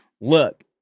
look